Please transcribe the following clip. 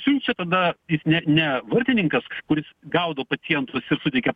siunčia tada ji ne ne vartininkas kuris gaudo pacientus ir suteikia